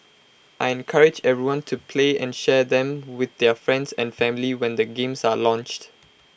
I encourage everyone to play and share them with their friends and family when the games are launched